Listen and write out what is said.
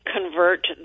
convert